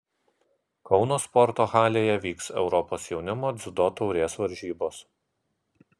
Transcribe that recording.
kauno sporto halėje vyks europos jaunimo dziudo taurės varžybos